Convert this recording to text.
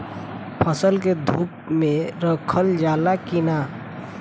फसल के धुप मे रखल जाला कि न?